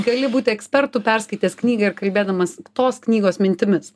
gali būti ekspertu perskaitęs knygą ir kalbėdamas tos knygos mintimis